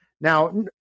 Now